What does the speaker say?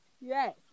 Yes